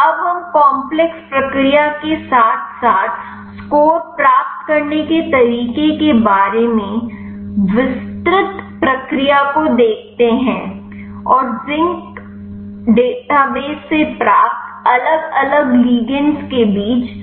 अब हम काम्प्लेक्स प्रक्रिया के साथ साथ स्कोर प्राप्त करने के तरीके के बारे में विस्तृत प्रक्रिया को देखते हैं और सिंक डेटाबेस से प्राप्त अलग अलग लिगंडस के बीच